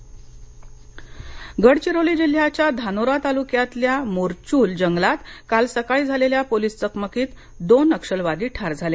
गडचिरोली गडचिरोली जिल्ह्याच्या धानोरा तालुक्यातल्या मोरचूल जंगलात काल सकाळी झालेल्या पोलीस चकमकीत दोन नक्षलवादी ठार झाले